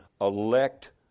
elect